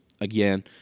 Again